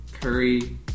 Curry